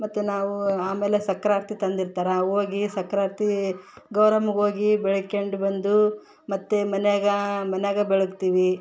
ಮತ್ತೆ ನಾವು ಆಮೇಲೆ ಸಕ್ಕರೆ ಆರತಿ ತಂದಿರ್ತಾರೆ ಹೋಗಿ ಸಕ್ಕರೆ ಆರತಿ ಗೌರಮ್ಮಗೆ ಹೋಗಿ ಬೆಳಿಕ್ಯಂಡು ಬಂದು ಮತ್ತೆ ಮನ್ಯಾಗ ಮನ್ಯಾಗ ಬೆಳಗ್ತೀವಿ